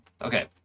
Okay